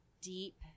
deep